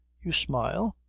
you smile?